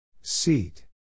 Seat